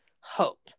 hope